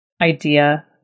idea